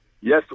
yes